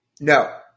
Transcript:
no